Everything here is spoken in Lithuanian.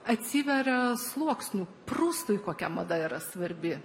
atsiveria sluoksnių prustui kokia mada yra svarbi